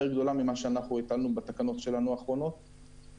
גדולה ממה שאנחנו התרנו בתקנות האחרונות שלנו.